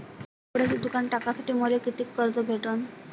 कपड्याचं दुकान टाकासाठी मले कितीक कर्ज भेटन?